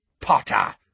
Potter